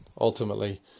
ultimately